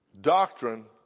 doctrine